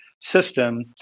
system